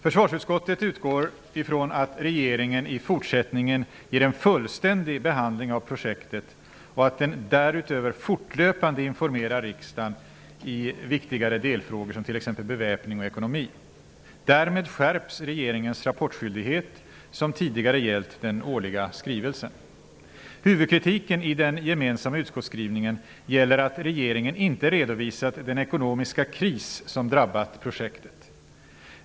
Försvarsutskottet utgår från att regeringen i fortsättningen ger en fullständig behandling av projektet och att den därutöver fortlöpande informerar riksdagen i viktigare delfrågor, t.ex. beväpning och ekonomi. Därmed skärps regeringens rapportskyldighet, som tidigare gällt den årliga skrivelsen. Huvudkritiken i den gemensamma utskottsskrivningen gäller att regeringen inte redovisat den ekonomiska kris som drabbat projektet.